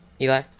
Eli